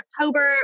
October